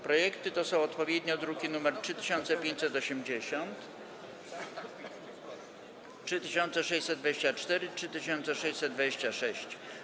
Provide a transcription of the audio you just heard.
Projekty to odpowiednio druki nr 3580, 3624 i 3625.